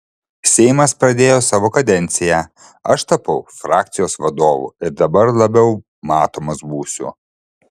seimas pradėjo savo kadenciją aš tapau frakcijos vadovu ir dabar labiau matomas būsiu